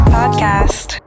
podcast